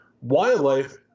wildlife